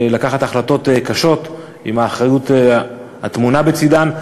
לקבל החלטות קשות עם האחריות הטמונה בצדן,